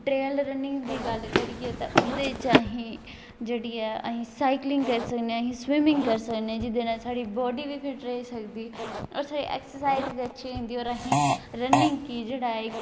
trail running दी गल्ल करियै ते ओहदे च अस साइकलिंग करी सकने आं असी स्विमिंग करी सकने जिस कन्नै साढ़ी बाॅडी बी फिट रेही सकदी असेंगी एक्सर्साइज बी अच्छी होई जंदी और असेंगी रन्निंग कि जेहड़ा